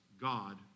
God